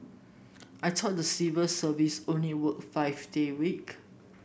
I talk the civil service only work five day week